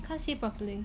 can't see properly